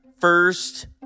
First